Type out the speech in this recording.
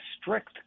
strict